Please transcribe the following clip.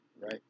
Right